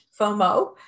FOMO